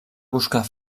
buscar